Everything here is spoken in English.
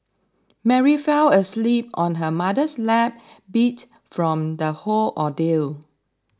Mary fell asleep on her mother's lap beat from the whole ordeal